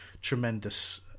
Tremendous